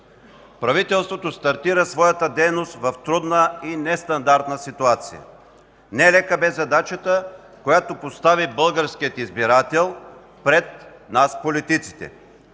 Правителството стартира своята дейност в трудна и нестандартна ситуация. Нелека бе задачата, която постави българския избирател пред нас политиците.